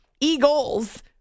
Eagles